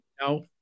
No